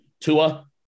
Tua